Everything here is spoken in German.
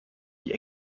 die